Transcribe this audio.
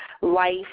life